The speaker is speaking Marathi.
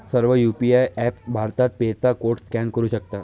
सर्व यू.पी.आय ऍपप्स भारत पे चा कोड स्कॅन करू शकतात